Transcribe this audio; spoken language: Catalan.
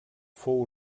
fou